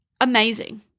amazing